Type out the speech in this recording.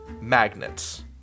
Magnets